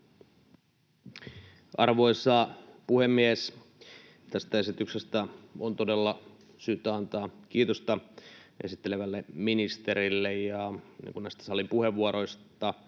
Arvoisa puhemies! Tästä esityksestä on todella syytä antaa kiitosta esittelevälle ministerille,